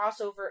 crossover